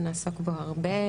ונעסוק בו הרבה,